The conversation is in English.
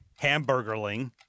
hamburgerling